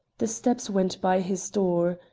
the steps went by his door.